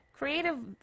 Creative